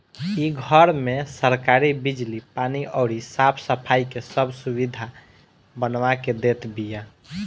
इ घर में सरकार बिजली, पानी अउरी साफ सफाई के सब सुबिधा बनवा के देत बिया